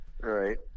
right